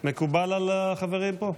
מקובל על החברים פה?